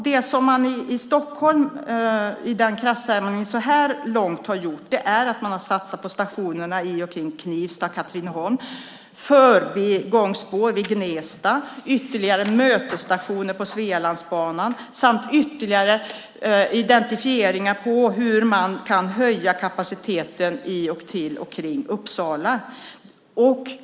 Det som man i kraftsamlingen så här långt har gjort är att man har satsat på stationerna i och omkring Knivsta och Katrineholm, förbigångsspår i Gnesta, ytterligare mötesstationer på Svealandsbanan samt på att ytterligare identifiera hur man kan höja kapaciteten i och omkring Uppsala.